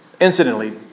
incidentally